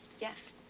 Yes